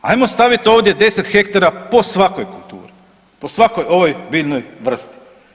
Hajmo staviti ovdje 10 ha po svakoj kulturi, po svakoj ovoj biljnoj vrsti.